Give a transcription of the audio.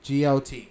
GOT